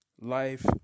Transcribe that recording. life